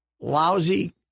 lousy